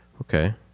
okay